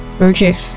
Okay